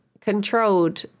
controlled